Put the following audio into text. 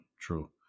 true